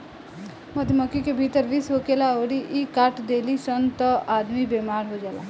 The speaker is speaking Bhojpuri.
मधुमक्खी के भीतर विष होखेला अउरी इ काट देली सन त आदमी बेमार हो जाला